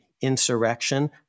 insurrection